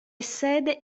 sede